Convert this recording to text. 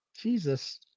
Jesus